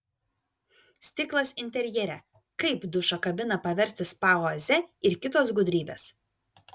stiklas interjere kaip dušo kabiną paversti spa oaze ir kitos gudrybės